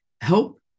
help